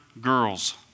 girls